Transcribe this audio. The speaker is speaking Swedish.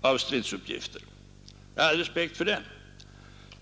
av stridsuppgifter. Jag har all respekt för en sådan uppfattning.